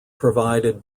provided